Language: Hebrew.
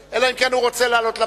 אחרי קריאה שלישית אני אאפשר לך להודות.